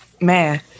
Man